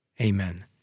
Amen